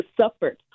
suffered